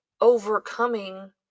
overcoming